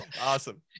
awesome